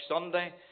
Sunday